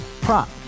prop